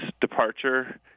departure